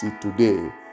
today